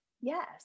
yes